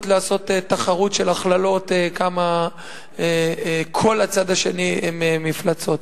לעשות תחרות של הכללות כמה כל הצד השני הם מפלצות.